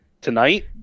Tonight